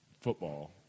football